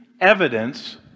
evidence